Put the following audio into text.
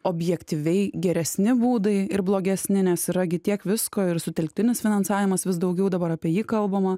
objektyviai geresni būdai ir blogesni nes yra gi tiek visko ir sutelktinis finansavimas vis daugiau dabar apie jį kalbama